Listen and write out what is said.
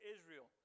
Israel